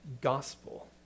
gospel